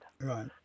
Right